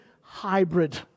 hybrid